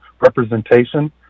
representation